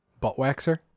Butt-waxer